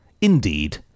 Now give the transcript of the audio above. indeed